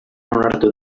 onartu